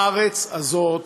הארץ הזאת